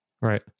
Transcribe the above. Right